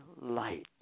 light